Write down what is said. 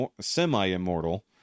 semi-immortal